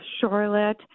Charlotte